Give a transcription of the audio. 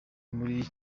muri